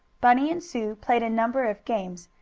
bunny and sue played a number of games,